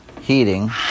Heating